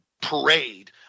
parade